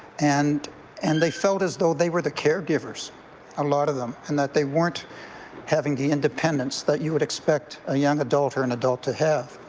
and and they felt as though they were the caregivers a lot of them and that they weren't having the independence that you would expect a young adult or an adult to have.